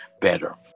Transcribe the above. better